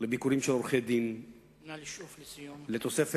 לביקורים של עורכי-דין, לתוספת,